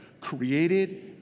created